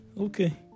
okay